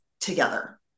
together